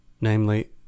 namely